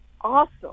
awesome